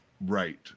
Right